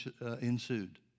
ensued